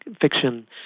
fiction